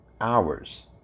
hours